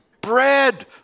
Bread